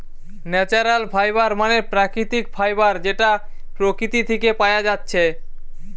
natural fibre মানে প্রাকৃতিক fibre যেটা প্রকৃতি থিকে পায়া যাচ্ছে